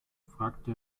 fragte